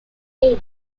area